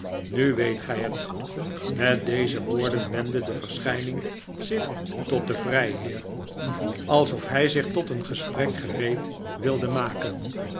nu weet gij het met deze woorden wendde de verschijning zich tot den vrijheer alsof hij zich tot een gesprek gereed wilde maken